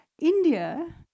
India